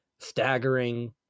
staggering